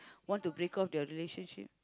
want to break off their relationship